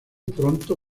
pronto